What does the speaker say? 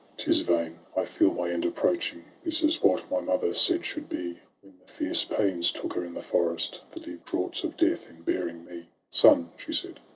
tis vain, i feel my end approaching! this is what my mother said should be, when the fierce pains took her in the forest, the deep draughts of death, in bearing me. son she said,